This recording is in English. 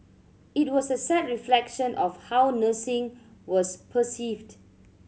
it was a sad reflection of how nursing was perceived